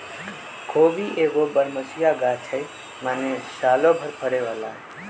खोबि एगो बरमसिया ग़ाछ हइ माने सालो भर फरे बला हइ